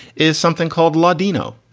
is something called ladino.